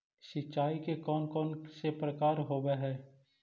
सिंचाई के कौन कौन से प्रकार होब्है?